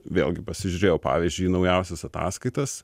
vėlgi pasižiūrėjau pavyzdžiui į naujausias ataskaitas